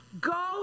Go